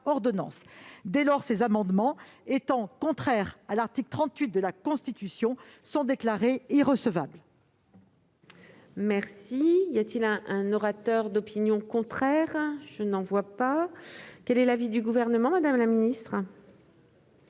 Dès lors, ces amendements étant contraires à l'article 38 de la Constitution, ils doivent être déclarés irrecevables.